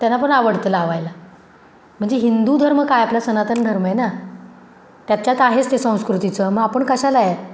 त्यांना पण आवडतं लावायला म्हणजे हिंदू धर्म काय आपलं सनातन धर्म आहे ना त्याच्यात आहेच ते संस्कृतीचं मग आपण कशाला आहे